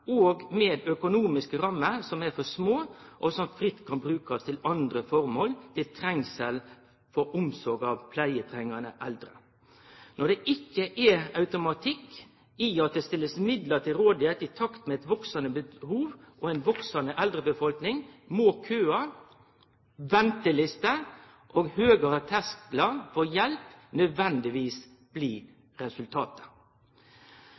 og med økonomiske rammer som er for små, og som fritt kan brukast til andre formål, til trengsel for omsorg for pleietrengande eldre. Når det ikkje er automatikk i at midlar blir stilte til rådigheit i takt med eit veksande behov og ei veksande eldrebefolkning, må køar, ventelister og høgare tersklar for hjelp nødvendigvis